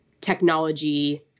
technology